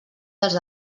dels